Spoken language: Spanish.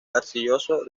arcilloso